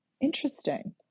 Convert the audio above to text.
Interesting